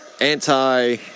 anti